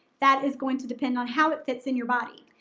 that is going to depend on how it fits in your body.